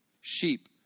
sheep